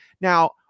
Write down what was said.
Now